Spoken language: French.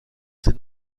ces